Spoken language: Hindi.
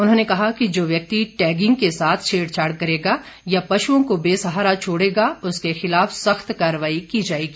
उन्होंने कहा कि जो व्यक्ति टैगिंग के साथ छेड़छाड़ करेगा या पशुओं को बेसहारा छोड़ेगा उसके खिलाफ सख्त कार्रवाई की जाएगी